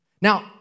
Now